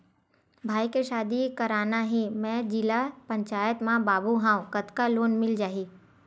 भाई के शादी करना हे मैं जिला पंचायत मा बाबू हाव कतका लोन मिल जाही?